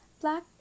black